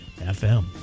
FM